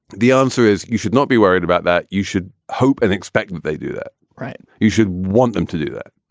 the answer is you should not be worried about that. you should hope and expect that they do that right. you should want them to do that.